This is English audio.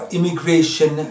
Immigration